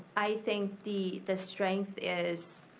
i think the the strength is